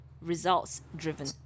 results-driven